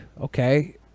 Okay